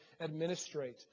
administrate